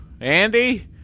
Andy